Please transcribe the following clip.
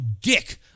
dick